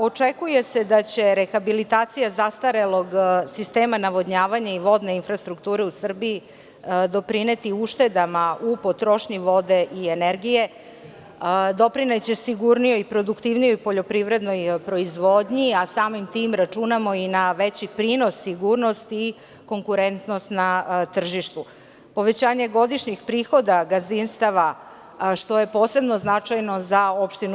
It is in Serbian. Očekuje se da će rehabilitacija zastarelog sistema navodnjavanja i vodne infrastrukture u Srbiji doprineti uštedama u potrošnji vode i energije, doprineće sigurnijoj i produktivnijoj poljoprivrednoj proizvodnji, a samim tim računamo i na veći prinos sigurnosti i konkurentnost na tržištu i povećanje godišnjih prihoda gazdinstava, što je posebno značajno za opštinu